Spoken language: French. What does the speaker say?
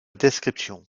description